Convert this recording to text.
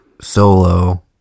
solo